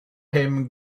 him